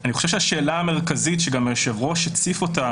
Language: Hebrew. אני חושב שהשאלה המרכזית שגם היושב ראש הציף אותה